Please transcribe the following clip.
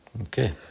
Okay